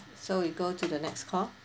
so we go to the next call